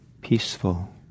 peaceful